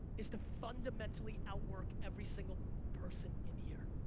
is to fundamentally out work every single person in here.